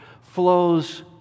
flows